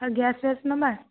ଆଉ ଗ୍ୟାସ ଫ୍ୟାସ ନେବା